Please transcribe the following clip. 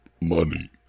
Money